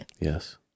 Yes